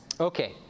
Okay